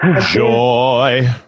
Joy